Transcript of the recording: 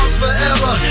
forever